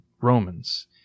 Romans